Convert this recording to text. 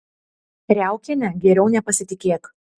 riaukiene geriau nepasitikėk